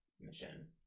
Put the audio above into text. mission